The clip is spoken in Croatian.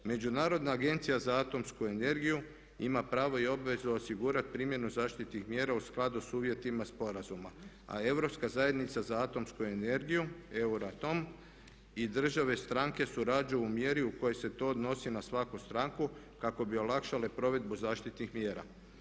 Međunarodna agencija za atomsku energiju ima pravo i obvezu osigurati primjenu zaštitnih mjera u skladu s uvjetima sporazuma a Europska zajednica za atomsku energiju EURATOM i države stranke surađuju u mjeri u kojoj se to odnosi na svaku stranku kako bi olakšale provedbu zaštitnih mjera.